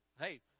hey